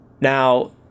now